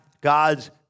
God's